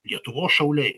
lietuvos šauliai